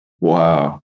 wow